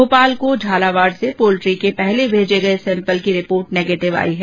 भोपाल को झालावाड़ से पोल्ट्री के पहले भेजे गये सैम्पल की रिपोर्ट नेगेंटिव आई है